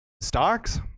stocks